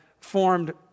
formed